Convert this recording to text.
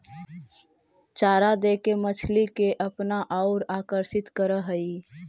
चारा देके मछली के अपना औउर आकर्षित करऽ हई